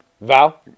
Val